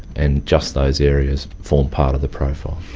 and just those areas form part of the profile.